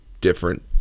different